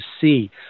see